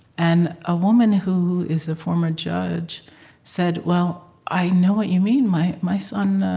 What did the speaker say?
and a woman who is a former judge said, well, i know what you mean. my my son